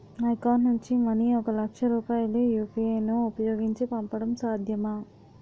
నా అకౌంట్ నుంచి మనీ ఒక లక్ష రూపాయలు యు.పి.ఐ ను ఉపయోగించి పంపడం సాధ్యమా?